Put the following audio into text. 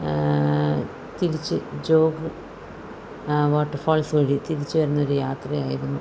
തിരിച്ച് ജോഗ് വാട്ടർഫാൾസ് വഴി തിരിച്ചുവരുന്നൊരു യാത്രയായിരുന്നു